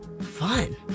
Fun